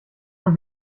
man